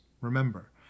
Remember